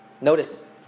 Notice